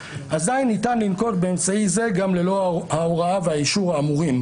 אזי ניתן לנקוט באמצעי זה גם ללא ההוראה והאישור האמורים.